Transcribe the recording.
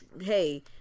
hey